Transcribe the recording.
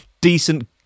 Decent